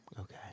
Okay